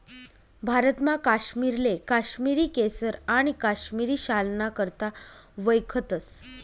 भारतमा काश्मीरले काश्मिरी केसर आणि काश्मिरी शालना करता वयखतस